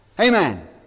Amen